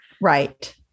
Right